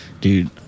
Dude